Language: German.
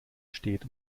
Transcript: steht